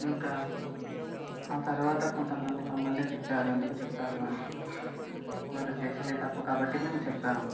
ఇంకా ఆ తరువాత కొంత మంది మమ్మల్ని తిట్టారు ఎందుకు చెప్పారు అని వాళ్ళు చేసింది తప్పు కాబట్టి మేము చెప్పాము